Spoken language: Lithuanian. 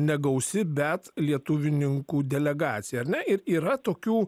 negausi bet lietuvininkų delegacija ar ne ir yra tokių